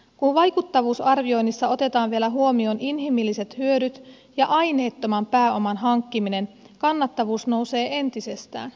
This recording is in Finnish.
kun vaikuttavuusarvioinnissa otetaan vielä huomioon inhimilliset hyödyt ja aineettoman pääoman hankkiminen kannattavuus nousee entisestään